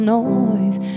noise